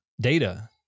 data